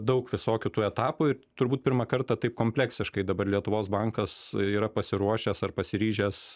daug visokių tų etapų ir turbūt pirmą kartą taip kompleksiškai dabar lietuvos bankas yra pasiruošęs ar pasiryžęs